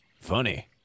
Funny